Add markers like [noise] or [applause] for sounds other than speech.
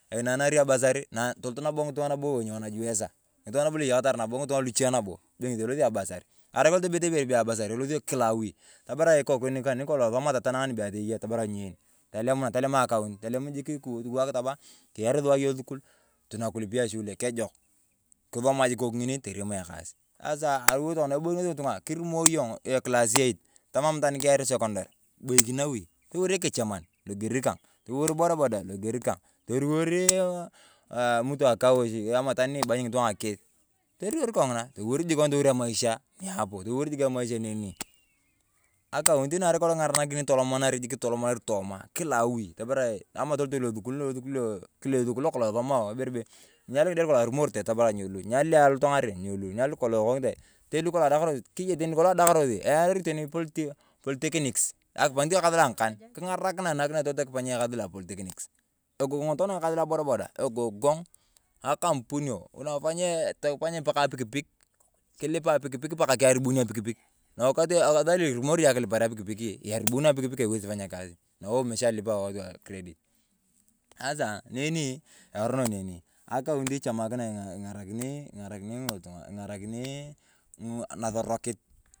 Einanario abasari toloto nabo lotung’a lu wanajiwesaa, ng’itung’a nabo lu eyakatar ng’itung’a luche nabo bee ng’esi elosi abasari. Arai kolong tobetei abasari elosio kila awi, kila ikoku nikane nikolong esomat tonang nebe atii eyei tamar nyen. Telemunae tolemaa akaunti, tolemu jik kiwok tamaa kiyari sua yong losukul. Tunakulipia chule kejok, kisomaa jik ikoku ng’ini torem ekas. Aliwor tokona ebokinosi ng’itung’a kurimo yong kilas eit, tamam itwaan ni keyari sekondari kibokin nawi. Toliwor ekecham loger kang, loliwor bodabodaa loger kang, toliwor eeh mutu a kaawoch amaa itwaan ni ebany ng’itung’a ng’akes. Toliwor kong’ina, toliwor jik emaisha apo toliwor jik emaisha neni. Akaunti naa arai kolong king’arakini tolomanari jik tolomanari tomaa kilaa awi tamarae amaa tolotoi losukulio, kilaa esukul lokolong esomao, ibere bee nyalu ng’ide lukolong arumorete, tamarae nyelu, nyalu lukolong ekakinetai, tumarae nyelu, keya tani lukolong adakarosi, eyario teni politeknikis kipany ekas lo ang’akan king’arakinae toloto kipany ekas lo apoliteknikis kipany ekas lo apoliteknikis. Egong tokana ekas lo abodaboda egong. Ng’akampunio [unintelligible] kimono pakaa apikpik kilipaa pikpik pakaa kiaribun apikpik. Na esaa lo irumorae yong akilipare apikpikii iribuno apikpik aiwesi kupanya kasi, na weewee umachalipa watuu wa kiredit. Asaa neni erono neno. Akaunti echamakina ing’arakini ng’itung’a, ng’arakini nasorokit.